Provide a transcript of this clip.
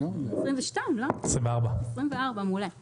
המסקנה של ועדת טרכטנברג בהקשר הזה